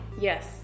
Yes